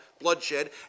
bloodshed